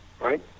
right